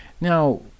Now